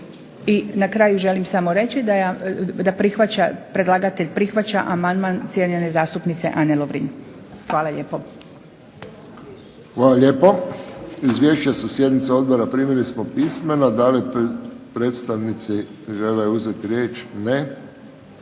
I na kraju želim samo reći da predlagatelj prihvaća amandman cijenjene zastupnice Ane Lovrin. Hvala lijepo. **Friščić, Josip (HSS)** Hvala lijepo. Izvješće sa sjednice odbora primili smo pismeno. Da li predstavnici žele uzeti riječ? Ne.